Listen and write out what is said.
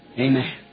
Amen